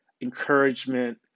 encouragement